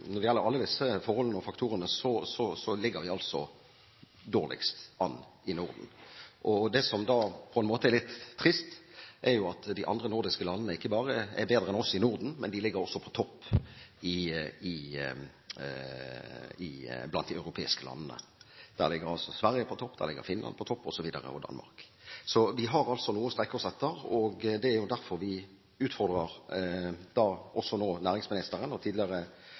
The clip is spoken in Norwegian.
forholdene og faktorene, ligger vi altså dårligst an i Norden. Det som er litt trist, er at de andre nordiske landene ikke bare er bedre enn oss i Norden, de ligger også på topp blant de europeiske landene. Der ligger Sverige på topp, der ligger Finland på topp, der ligger Danmark på topp. Vi har altså noe å strekke oss etter. Det er derfor vi nå utfordrer næringsministeren, og tidligere forsknings- og